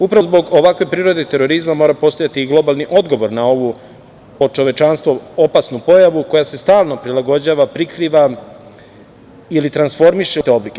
Upravo zbog ovakve prirode terorizma mora postojati i globalni odgovor na ovu, po čovečanstvo, opasnu pojavu koja se stalno prilagođava, prikriva ili transformiše u različite oblike.